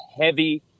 heavy